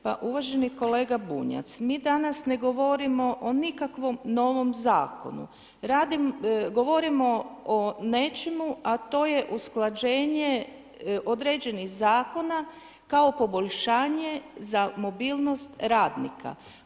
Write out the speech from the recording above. Pa uvaženi kolega Bunjac, mi danas ne govorimo o nikakvom novom zakonu, govorimo o nečemu a to je usklađenje određenih zakona kao poboljšanje za mobilnost radnika.